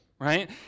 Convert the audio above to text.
right